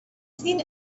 seen